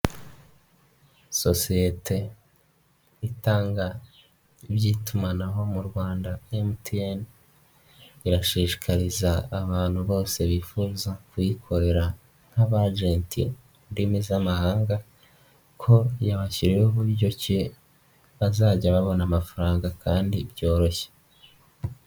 Sosiyete itanga iby'itumanaho mu Rwanda mtn, irashishikariza abantu bose bifuza kuyikorera nk'abagenti mu ndimi z'amahanga, ko yabashyiriyeho uburyo bazajya babona amafaranga kandi byoroshye.